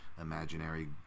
imaginary